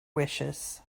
wishes